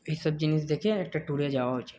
এইসব জিনিস দেখে একটা ট্যুরে যাওয়া উচিত